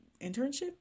internship